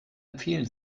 empfehlen